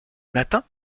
matin